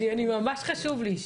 ממש חשוב לי,